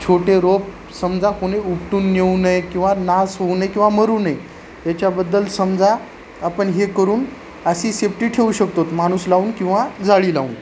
छोटे रोप समजा कोणी उपटून नेऊ नये किंवा नास होऊ नये किंवा मरू नये याच्याबद्दल समजा आपण हे करून अशी सेफ्टी ठेऊ शकतो माणूस लावून किंवा जाळी लावून